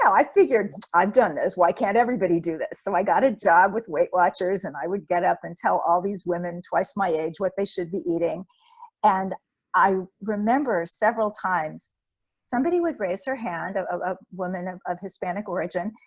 i figured i've done this, why can't everybody do this? so i got a job with weight watchers and i would get up and tell all these women twice my age, what they should be eating and i remember several times somebody would raise her hand ah a women of hispanic origin,